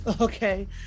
Okay